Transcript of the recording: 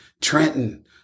Trenton